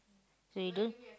so you don't